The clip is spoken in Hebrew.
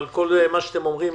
אבל כל מה שאתם אומרים,